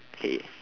okay